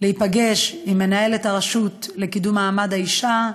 להיפגש עם מנהלת הרשות לקידום מעמד האישה,